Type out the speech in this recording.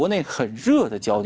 when they do the job